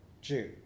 Jew